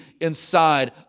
inside